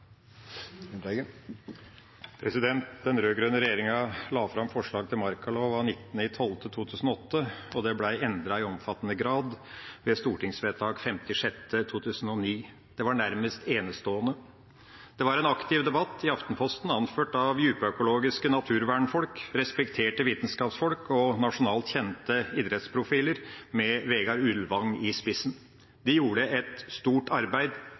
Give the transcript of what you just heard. den ble endret i omfattende grad ved odelstingsvedtak og sanksjonert 5. juni 2009. Det var nærmest enestående. Det var en aktiv debatt i Aftenposten anført av djupøkologiske naturvernfolk, respekterte vitenskapsfolk og nasjonalt kjente idrettsprofiler med Vegard Ulvang i spissen. De gjorde et stort arbeid